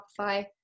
Shopify